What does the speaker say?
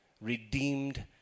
redeemed